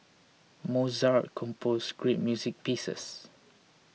Mozart composed great music pieces